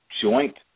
joint